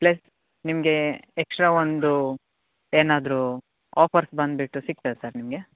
plus ನಿಮಗೆ extra ಒಂದು ಏನಾದರೂ ಆಫರ್ಸ್ ಬಂದುಬಿಟ್ಟು ಸಿಗ್ತದೆ ಸರ್ ನಿಮಗೆ